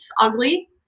Ugly